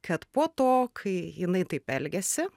kad po to kai jinai taip elgiasi